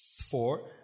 four